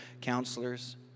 counselors